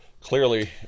clearly